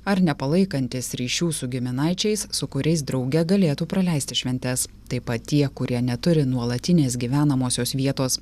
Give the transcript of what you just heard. ar nepalaikantys ryšių su giminaičiais su kuriais drauge galėtų praleisti šventes taip pat tie kurie neturi nuolatinės gyvenamosios vietos